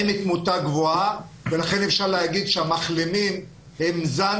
אין תמותה גבוהה ולכן אפשר להגיד שהמחלימים הם זן